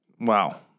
wow